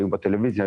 היו בטלוויזיה,